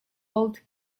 old